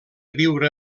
viure